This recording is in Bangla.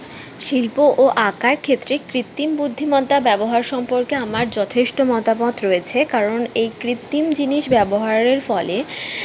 শিল্প ও আঁকার ক্ষেত্রে কৃত্তিম বুদ্ধিমত্তা ব্যবহার সম্পর্কে আমার যথেষ্ট মতামত রয়েছে কারণ এই কৃত্তিম জিনিস ব্যবহারের ফলে